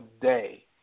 day